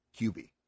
QB